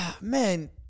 Man